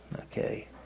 okay